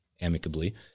amicably